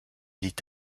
dit